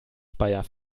speyer